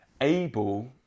able